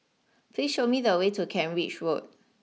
please show me the way to Kent Ridge Road